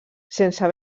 sense